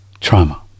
Trauma